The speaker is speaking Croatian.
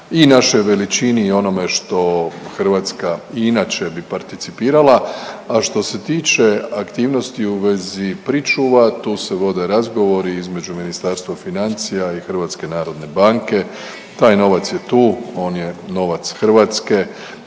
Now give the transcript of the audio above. i našoj veličini i onome što Hrvatske i inače bi participirala, a što se tiče aktivnosti u vezi pričuva, tu se vode razgovori između Ministarstva financija i HNB-a, taj novac je tu, on je novac Hrvatske